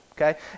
okay